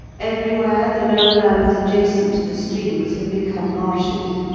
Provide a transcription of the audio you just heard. everywhere the lower lands adjacent to the streams had become marshes,